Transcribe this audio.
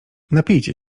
napijcie